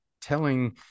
telling